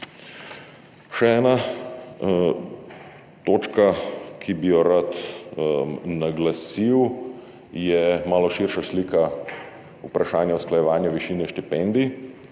Še ena točka, ki bi jo rad naglasil, je malo širša slika vprašanja usklajevanja višine štipendij.